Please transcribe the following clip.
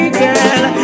girl